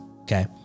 Okay